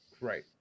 Right